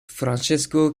francesco